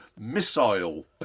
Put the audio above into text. Missile